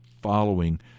following